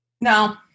No